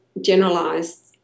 generalized